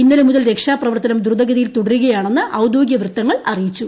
ഇന്നലെ മുതൽ രക്ഷാ പ്രവർത്തനം ദ്രുതഗതിയിൽ തുടരുകയാണെന്ന് ഔദ്യോഗിക വൃത്തങ്ങൾ അറിയിച്ചു